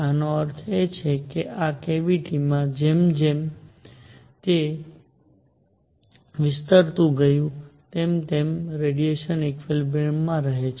આનો અર્થ એ છે કે આ કેવીટી માં જેમ જેમ તે વિસ્તરતું ગયું તેમ તેમ રેડીયેશન ઈક્વિલિબ્રિયમ માં રહે છે